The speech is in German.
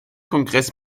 kongress